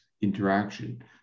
interaction